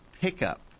Pickup